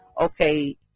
okay